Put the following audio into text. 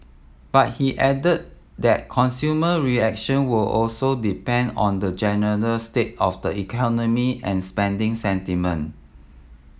but he added that consumer reaction will also depend on the general state of the economy and spending sentiment